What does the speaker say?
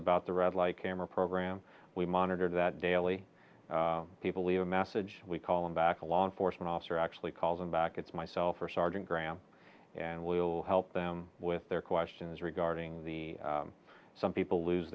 about the red light camera program we monitor that daily people leave a message we call him back a law enforcement officer actually calls him back it's myself or sergeant graham and we'll help them with their questions regarding the some people lose